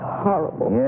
horrible